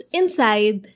inside